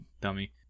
dummy